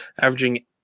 averaging